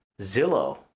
Zillow